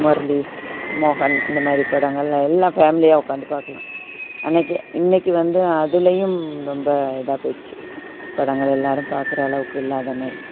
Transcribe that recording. முரளி மோகன் இந்தமாதிரி படங்கள் எல்லாம் ஃபேமிலியாக உட்காந்து பார்க்கலாம் அன்னைக்கு இன்னைக்கு வந்து அதுலையும் ரொம்ப இதாக போயிடுச்சி படங்கள் எல்லாரும் பார்க்குற அளவுக்கு இல்லாத மாதிரி